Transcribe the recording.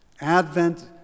Advent